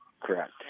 Correct